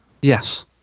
Yes